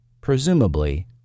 presumably